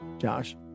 Josh